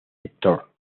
sector